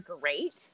great